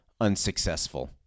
unsuccessful